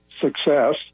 success